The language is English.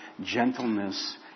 gentleness